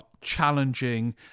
challenging